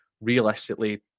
Realistically